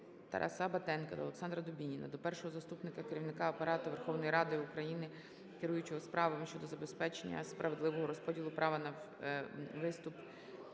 Тараса Батенка та Олександра Дубініна до першого заступника Керівника Апарату Верховної Ради України - керуючого справами щодо забезпечення справедливого розподілу права на виступ